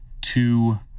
two